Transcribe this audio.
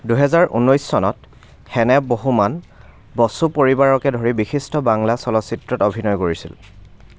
দুহেজাৰ ঊনৈছ চনত সেনে বহোমান বসু পৰিবাৰকে ধৰি বিশিষ্ট বাংলা চলচিত্ৰত অভিনয় কৰিছিল